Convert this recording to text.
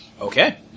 Okay